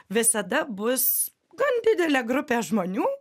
visada bus gan didelė grupė žmonių